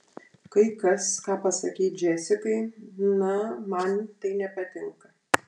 kai kas ką pasakei džesikai na man tai nepatinka